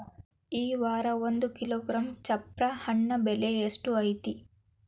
ಈ ವಾರ ಒಂದು ಕಿಲೋಗ್ರಾಂ ಚಪ್ರ ಹಣ್ಣ ಬೆಲೆ ಎಷ್ಟು ಐತಿ?